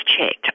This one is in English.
checked